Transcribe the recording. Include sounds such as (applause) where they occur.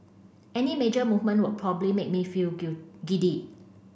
any major movement would probably make me feel (unintelligible) giddy